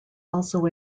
also